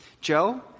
Joe